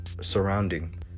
surrounding